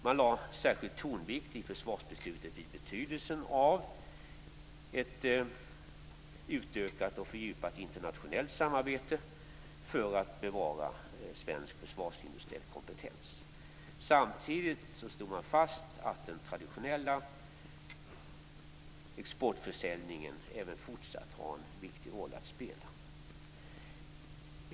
Man lade i försvarsbeslutet en särskild tonvikt vid betydelsen av ett utökat och fördjupat internationellt samarbete för att bevara svensk försvarsindustriell kompetens. Samtidigt slog man fast att den traditionella exportförsäljningen även fortsatt har en viktig roll att spela.